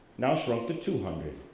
now shrunk to two hundred,